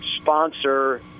sponsor